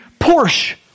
Porsche